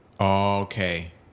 Okay